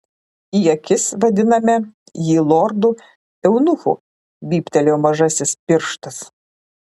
į akis vadiname jį lordu eunuchu vyptelėjo mažasis pirštas